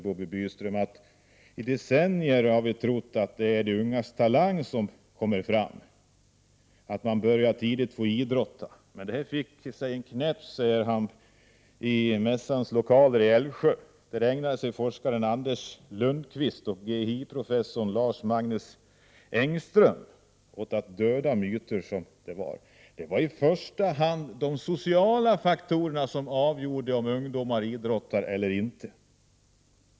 Alla som i decennier trott att det är de ungas talang som får dem att börja idrotta fick tidigare på tisdagen en knäpp på näsan i Mässans lokaler i Älvsjö. Där ägnade sig forskaren Anders Lundkvist och GIH-professorn Lars Magnus Engström med vällust åt att döda både den och andra myter ———."” Det är i första hand de sociala faktorerna som avgör om ungdomar idrottar eller inte.